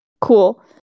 Cool